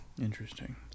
interesting